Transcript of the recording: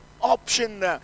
option